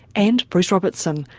and bruce robertson,